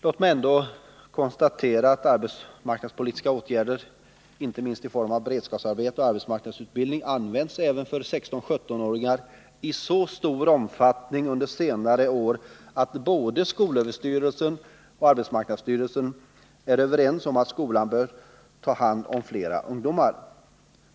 Låt mig ändå konstatera att arbetsmarknadspolitiska åtgärder, inte minst i form av beredskapsarbeten och arbetsmarknadsutbildning, använts även för 16-17-åringar i så stor omfattning under senare år att skolöverstyrelsen och arbetsmarknadsstyrelsen är överens om att skolan bör ta hand om flera ungdomar.